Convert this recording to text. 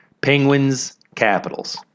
Penguins-Capitals